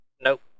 Nope